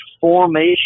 formation